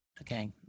Okay